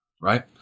right